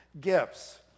gifts